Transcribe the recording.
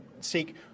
seek